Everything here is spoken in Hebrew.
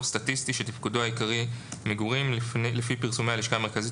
סטטיסטי שתפקודו העיקרי מגורים לפי פרסומי הלשכה המרכזית